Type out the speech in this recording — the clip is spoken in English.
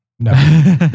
No